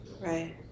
Right